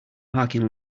parking